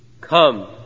Come